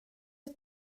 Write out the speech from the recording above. ett